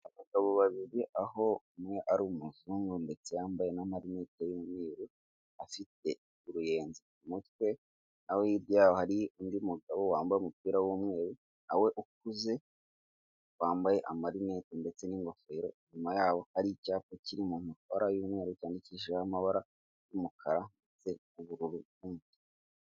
Abagabo babiri aho umwe ari umuzungu ndetse yambaye n'amarinete y'umweru afite uruyenzi ku mutwe, aho hirya yaho hari undi mugabo wambaye umupira w'umweru na we ukuze, wambaye amarinete ndetse n'ingofero. Inyuma yabo hari icyapa kiri mu mabara y'umweru cyandikishijeho amabara y'umukara ndetse ubururu, n'umutuku.